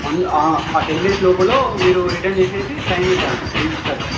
one ఆ ten days లోపలో మీరు రిటర్న్ చేసేసి సైన్ పెట్టాలి రిజిస్టార్లో